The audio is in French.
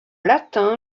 latin